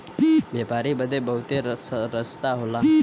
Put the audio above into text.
व्यापारी बदे बहुते रस्ता होला